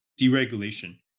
deregulation